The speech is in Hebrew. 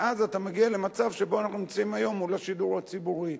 ואז אתה מגיע למצב שבו אנחנו נמצאים היום מול השידור הציבורי.